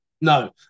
No